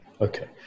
Okay